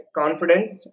confidence